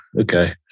okay